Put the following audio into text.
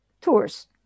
tours